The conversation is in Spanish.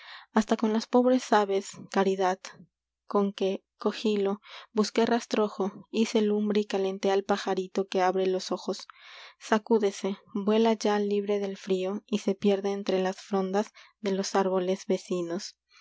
hasta con mirlo aves las pobres caridad ii conque cogílo busqué rastrojo hice lumbre y calenté al pajarito que abre los ojos sacúdese libre del frío vuela ya y se pierde entre las frondas de los árboles vecinos